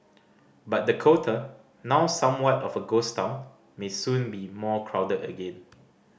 but Dakota now somewhat of a ghost town may soon be more crowded again